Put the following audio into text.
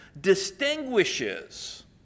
distinguishes